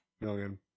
million